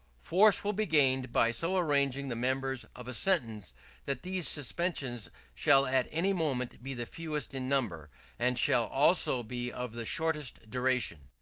force will be gained by so arranging the members of a sentence that these suspensions shall at any moment be the fewest in number and shall also be of the shortest duration.